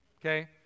okay